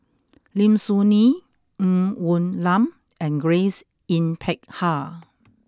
Lim Soo Ngee Ng Woon Lam and Grace Yin Peck Ha